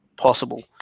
possible